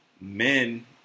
men